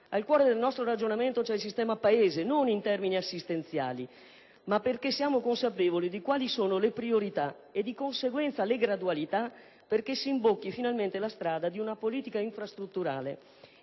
Al cuore del nostro ragionamento c'è il sistema Paese, ma non in termini assistenziali; siamo infatti consapevoli di quali siano le priorità e, di conseguenza, le gradualità, perché si imbocchi finalmente la strada di una politica infrastrutturale